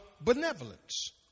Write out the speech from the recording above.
benevolence